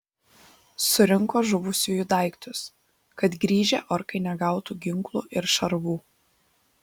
surinko žuvusiųjų daiktus kad grįžę orkai negautų ginklų ir šarvų